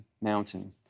mountain